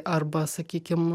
arba sakykim